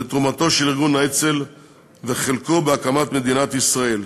בתרומתו של ארגון האצ"ל ובחלקו בהקמת מדינת ישראל.